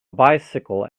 bicycle